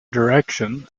direction